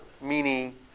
meaning